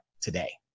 today